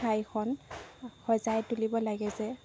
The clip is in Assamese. ঠাইখন সজাই তুলিব লাগে যে